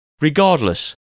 Regardless